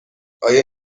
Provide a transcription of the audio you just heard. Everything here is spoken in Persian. آیا